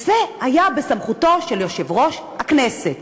וזה היה בסמכותו של יושב-ראש הכנסת.